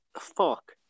Fuck